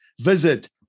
visit